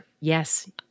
Yes